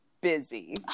busy